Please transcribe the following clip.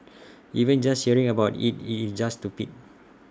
even just hearing about IT is just to pit